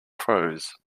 prose